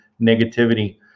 negativity